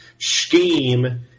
scheme